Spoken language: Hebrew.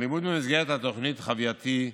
הלימוד במסגרת התוכנית חווייתי,